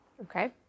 Okay